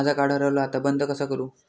माझा कार्ड हरवला आता बंद कसा करू?